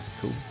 Cool